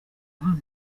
hano